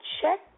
check